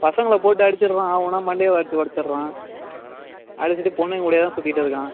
பசங்களை போட்டு அடிச்சிடுறான் ஆ உனா மண்டையை அடித்து ஒடைச்சிட்றான் அடிச்சுட்டு பொண்ணுங்க கூடயே தான் சுத்திட்டு இருக்கான்